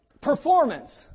performance